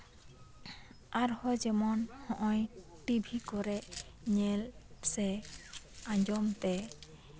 ᱟᱨᱦᱚ ᱡᱮᱢᱚᱱ ᱴᱤᱵᱷᱤ ᱠᱚᱨᱮ ᱧᱮᱞ ᱥᱮ ᱟᱸᱡᱚᱢᱛᱮ